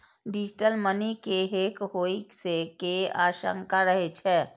digital money के hack होइ के आशंका रहै छै